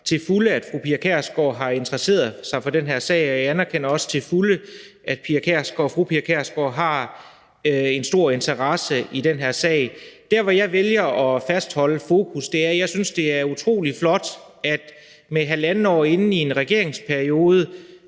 til fulde, at fru Pia Kjærsgaard har interesseret sig for den her sag, og jeg anerkender også til fulde, at fru Pia Kjærsgaard har en stor interesse i den her sag. Jeg vælger at fastholde fokus på, at jeg synes, det er utrolig flot, at der halvandet år inde i en regeringsperiode